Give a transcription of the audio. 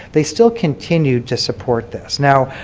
they still continued to support this. now,